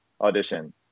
audition